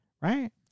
Right